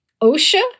OSHA